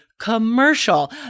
commercial